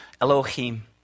Elohim